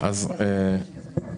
אני מסכם.